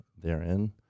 therein